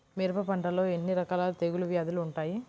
మిరప పంటలో ఎన్ని రకాల తెగులు వ్యాధులు వుంటాయి?